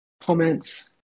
Comments